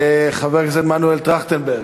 חבר הכנסת מנואל טרכטנברג,